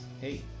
hey